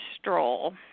stroll